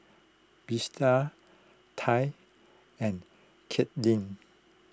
Tye and Katelyn